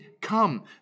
come